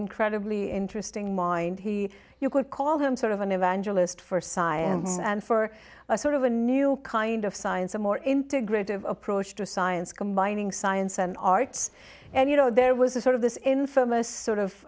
incredibly interesting mind he you could call him sort of an evangelist for science and for a sort of a new kind of science a more integrative approach to science combining science and arts and you know there was a sort of this infamous sort of